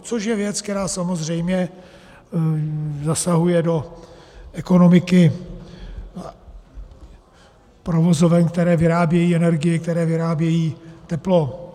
Což je věc, která samozřejmě zasahuje do ekonomiky provozoven, které vyrábějí energii, které vyrábějí teplo.